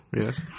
Yes